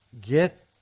Get